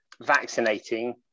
vaccinating